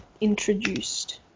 introduced